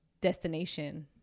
destination